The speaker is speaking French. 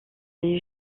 est